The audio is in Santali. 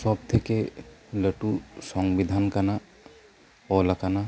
ᱥᱚᱵᱽᱛᱷᱮᱹᱠᱮ ᱞᱟᱹᱴᱩ ᱥᱚᱝᱵᱤᱫᱷᱟᱱ ᱠᱟᱱᱟ ᱚᱞ ᱟᱠᱟᱱᱟ